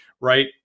right